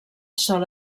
sol